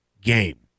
game